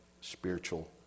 spiritual